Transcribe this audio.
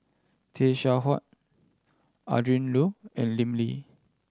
Tay Seow Huah Adrin Loi and Lim Lee